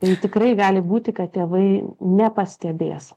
ir tikrai gali būti kad tėvai nepastebės